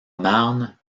marne